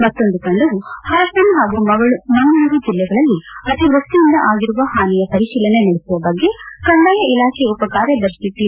ಮತ್ತೊಂದು ತಂಡವು ಹಾಸನ ಹಾಗೂ ಮಂಗಳೂರು ಜಿಲ್ಲೆಗಳಲ್ಲಿ ಅತಿವೃಷ್ಠಿಯಿಂದ ಆಗಿರುವ ಹಾನಿಯ ಪರಿತೀಲನೆ ನಡೆಸುವ ಬಗ್ಗೆ ಕಂದಾಯ ಇಲಾಖೆಯ ಉಪಕಾರ್ಯದರ್ಶಿ ಟಿ